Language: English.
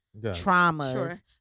traumas